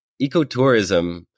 ecotourism